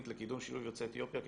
יוצאי אתיופיה,